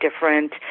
different